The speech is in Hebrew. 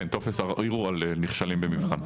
כן, טופס ערעור על נכשלים במבחן.